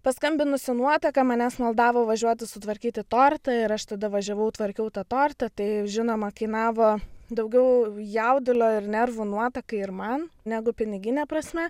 paskambinusi nuotaka manęs maldavo važiuoti sutvarkyti tortą ir aš tada važiavau tvarkiau tą tortą tai žinoma kainavo daugiau jaudulio ir nervų nuotakai ir man negu pinigine prasme